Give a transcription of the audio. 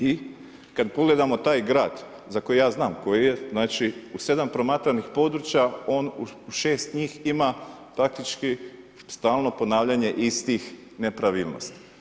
I kada pogledamo taj grad za koji ja znam koji je u sedam promatranih područja on u šest njih ima praktički stalno ponavljanje istih nepravilnosti.